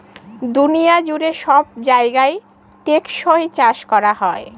দুনিয়া জুড়ে সব জায়গায় টেকসই চাষ করা হোক